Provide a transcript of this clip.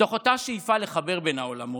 מתוך אותה שאיפה לחבר בין העולמות,